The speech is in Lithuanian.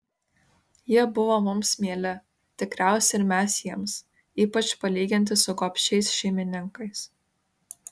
jie buvo mums mieli tikriausiai ir mes jiems ypač palyginti su gobšiais šeimininkais